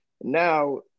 now